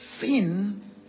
Sin